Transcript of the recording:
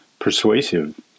Persuasive